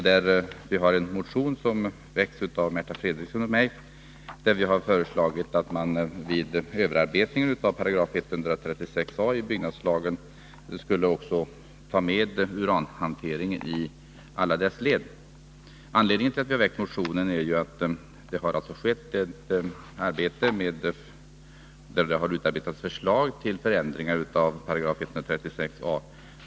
Där behandlas en motion som väckts av Märta Fredrikson och mig, i vilken vi föreslår att man vid överarbetningen av 136 a § byggnadslagen skall ta med också uranhanteringen i alla dess led. Anledningen till att vi väckt motionen är att det har skett ett arbete där det utformats förslag till förändringar i 136 a§.